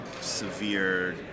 severe